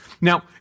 Now